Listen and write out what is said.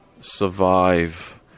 survive